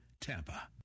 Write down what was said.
TAMPA